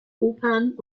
opern